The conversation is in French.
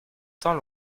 temps